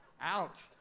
Out